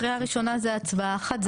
קריאה ראשונה זה הצבעה אחת,